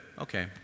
okay